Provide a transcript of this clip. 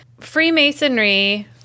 Freemasonry